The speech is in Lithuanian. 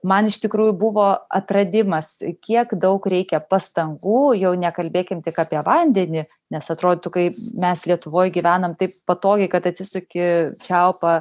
man iš tikrųjų buvo atradimas kiek daug reikia pastangų jau nekalbėkim tik apie vandenį nes atrodytų kai mes lietuvoj gyvenam taip patogiai kad atsisuki čiaupą